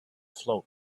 float